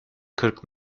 kırk